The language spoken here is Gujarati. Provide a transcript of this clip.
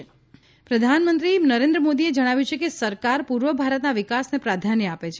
પ્રધાનમંત્રી ઓડિશા પ્રધાનમંત્રી નરેન્દ્ર મોદીએ જણાવ્યું છે કે સરકાર પૂર્વ ભારતના વિકાસને પ્રાધાન્ય આપે છે